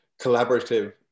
collaborative